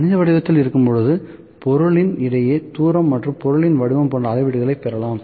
கணித வடிவத்தில் இருக்கும்போது பொருளின் இடையேயான தூரம் மற்றும் பொருளின் வடிவம் போன்ற அளவீடுகளைப் பெறலாம்